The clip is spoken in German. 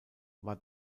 war